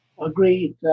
agreed